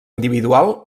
individual